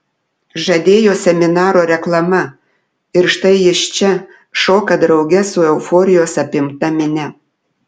žadėjo seminaro reklama ir štai jis čia šoka drauge su euforijos apimta minia